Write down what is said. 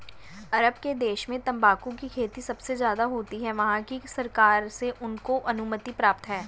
अरब के देशों में तंबाकू की खेती सबसे ज्यादा होती है वहाँ की सरकार से उनको अनुमति प्राप्त है